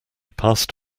passed